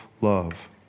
love